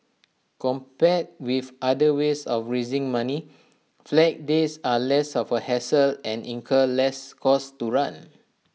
compared with other ways of raising money Flag Days are less of hassle and incur less cost to run